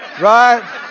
right